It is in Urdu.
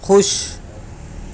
خوش